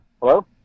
Hello